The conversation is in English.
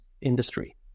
industry